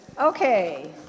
Okay